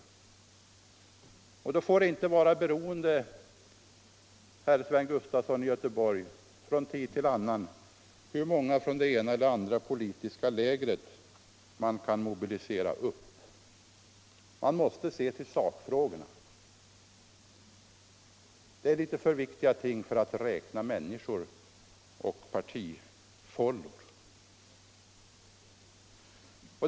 Ställningstagandet får inte, herr Sven Gustafson i Göteborg, vara beroende av hur många som från tid till annan kan mobiliseras från det ena eller det andra politiska lägret för en viss ståndpunkt. Man måste se till sakfrågorna — det rör sig om litet för viktiga ting för att räkna människor och partifållor.